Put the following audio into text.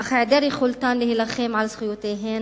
אך העדר יכולתן להילחם על זכויותיהן,